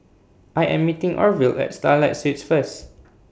I Am meeting Orvil At Starlight Suites First